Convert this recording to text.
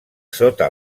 sota